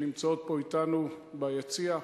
שנמצאות אתנו פה ביציע,